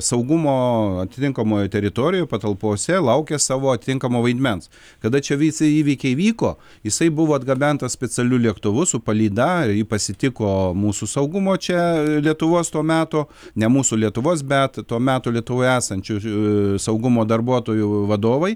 saugumo atitinkamoj teritorijoj patalpose laukė savo atitinkamo vaidmens kada čia visi įvykiai vyko jisai buvo atgabentas specialiu lėktuvu su palyda jį pasitiko mūsų saugumo čia lietuvos to meto ne mūsų lietuvos bet to meto lietuvoje esančių saugumo darbuotojų vadovai